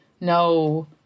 no